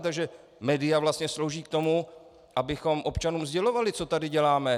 Takže média vlastně slouží k tomu, abychom občanům sdělovali, co tady děláme.